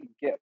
get